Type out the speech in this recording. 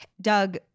Doug